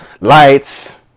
lights